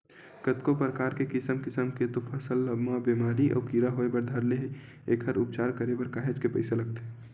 कतको परकार के किसम किसम के तो फसल म बेमारी अउ कीरा होय बर धर ले एखर उपचार करे बर काहेच के पइसा लगथे